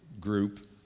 group